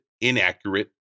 inaccurate